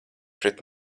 pret